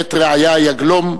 גברת רעיה יגלום,